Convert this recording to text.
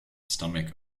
stomach